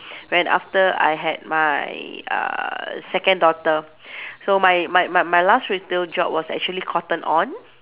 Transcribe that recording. when after I had my uh second daughter so my my my my last retail job was actually cotton on